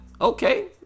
okay